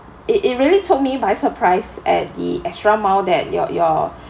it it really took me by surprise at the extra mile that your your